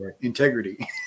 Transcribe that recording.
integrity